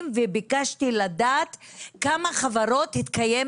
וביקשתי לדעת בגין כמה חברות התקיים